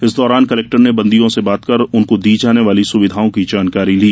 इस दौरान कलेक्टर ने बंदियों से बात कर उनको दी जाने वाली सुविधाओं की जानकारी ली